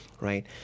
right